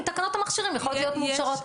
תקנות המכשירים יכולות להיות מאושרות.